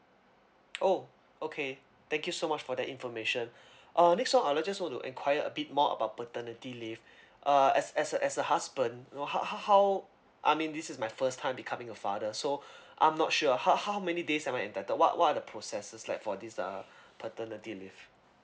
oh okay thank you so much for that information uh next one I'll just want to enquire a bit more about paternity leave uh as as a as a husband how how how I mean this is my first time becoming a father so I'm not sure how how many days I'm entitled what what are the processes like for this uh paternity leave